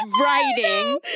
writing